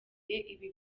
ibi